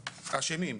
אשמים,